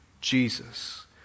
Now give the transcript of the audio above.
Jesus